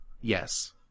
Yes